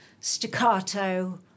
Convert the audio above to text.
staccato